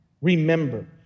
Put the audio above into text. remember